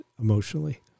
emotionally